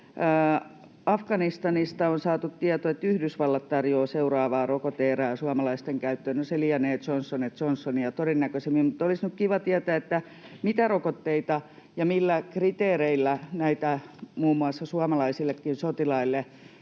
Afganistanista on saatu tietoa, että Yhdysvallat tarjoaa seuraavaa rokote-erää suomalaisten käyttöön. No, se lienee Johnson & Johnson todennäköisimmin, mutta olisi nyt kiva tietää, mitä rokotteita ja millä kriteereillä muun muassa suomalaisillekin sotilaille